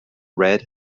red